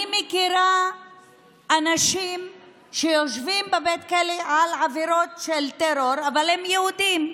אני מכירה אנשים שיושבים בבית כלא על עבירות של טרור אבל הם יהודים.